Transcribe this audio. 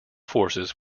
forces